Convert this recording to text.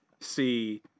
see